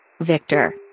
Victor